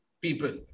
people